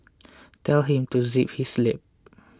tell him to zip his lip